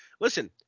listen